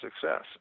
success